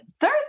third